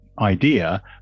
idea